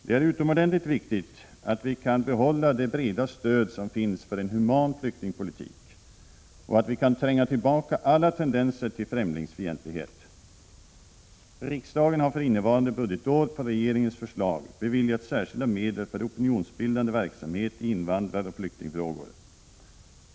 Det är utomordentligt viktigt att vi kan behålla det breda stöd som finns för en human flyktingpolitik och att vi kan tränga tillbaka alla tendenser till främlingsfientlighet. Riksdagen har för innevarande budgetår på regeringens förslag beviljat särskilda medel för opinionsbildande verksamhet i invandraroch flyktingfrågor.